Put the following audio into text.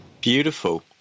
Beautiful